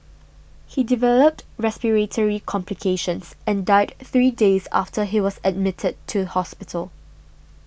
he developed respiratory complications and died three days after he was admitted to hospital